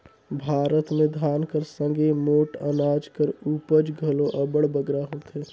भारत में धान कर संघे मोट अनाज कर उपज घलो अब्बड़ बगरा होथे